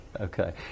Okay